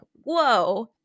whoa